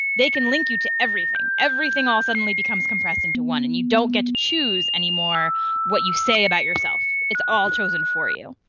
they can link you to everything. everything all suddenly becomes compressed into one and you don't get choose anymore what you say about yourself. it's all chosen for you.